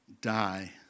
die